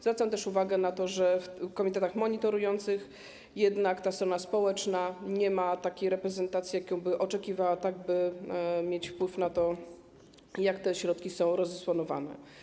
Zwracam też uwagę na to, że w komitetach monitorujących strona społeczna nie ma jednak takiej reprezentacji, jakiej by oczekiwała, tak by mieć wpływ na to, jak te środki są rozdysponowywane.